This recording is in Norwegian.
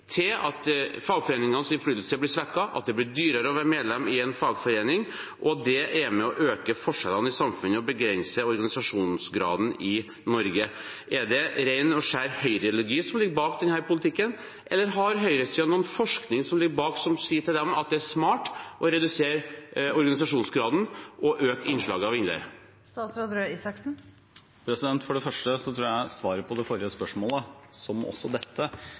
til at fagforeningenes innflytelse blir svekket, at det blir dyrere å være medlem i en fagforening, og det er med på å øke forskjellene i samfunnet og begrense organisasjonsgraden i Norge. Er det ren og skjær høyreideologi som ligger bak denne politikken, eller har høyresiden noen forskning som ligger bak som sier at det er smart å redusere organisasjonsgraden og øke innslaget av innleie? For det første tror jeg svaret på det forrige spørsmålet, som også dette,